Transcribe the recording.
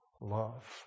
love